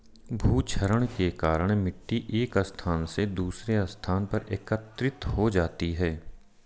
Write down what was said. भूक्षरण के कारण मिटटी एक स्थान से दूसरे स्थान पर एकत्रित हो जाती है